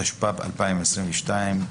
התשפ"ב-2022,